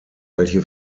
welche